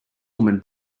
woman